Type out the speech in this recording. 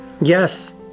Yes